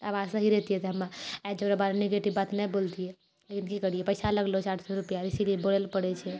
आवाज सही रहितिए तऽ हम आइ ओकरा बारेमे नेगेटिव बात नहि बोलतिए लेकिन की करिए पैसा लगलऽ छै आठ सओ रुपैआ इसलिए बोलैलऽ पड़ै छै